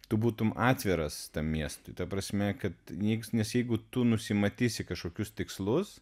tu būtum atviras tam miestui ta prasme kad nyks nes jeigu tu nusimatysi kažkokius tikslus